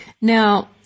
Now